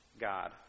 God